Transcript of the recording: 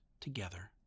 together